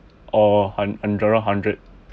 or hundred lor hundred